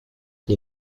les